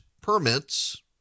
permits